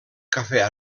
cafè